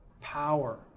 power